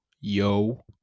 yo